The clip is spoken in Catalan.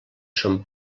son